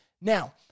Now